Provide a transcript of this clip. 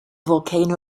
volcano